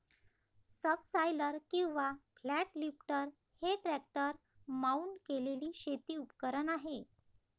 subsoiler किंवा flat lifter हे tractor mount केलेले शेती उपकरण आहे